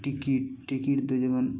ticket ticket ᱫᱚ ᱡᱮᱢᱚᱱ